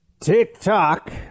TikTok